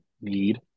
need